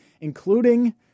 including